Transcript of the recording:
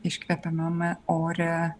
iškvepiamame ore